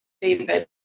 David